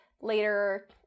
later